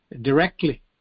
directly